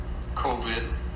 COVID